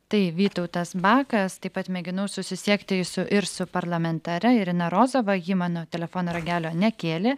tai vytautas bakas taip pat mėginau susisiekti su ir su parlamentare irina rozova ji mano telefono ragelio nekėlė